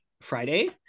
Friday